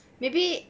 maybe